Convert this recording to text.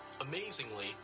Amazingly